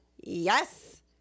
yes